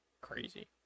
crazy